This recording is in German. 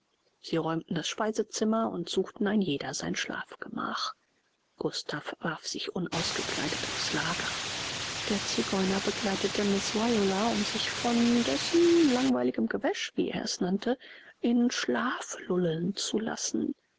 sie räumten das speisezimmer und suchten ein jeder sein schlafgemach gustav warf sich unausgekleidet auf's lager der zigeuner begleitete miß viola um sich von dessen langweiligem gewäsch wie er es nannte in schlaf lullen zu lassen